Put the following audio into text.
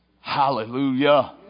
Hallelujah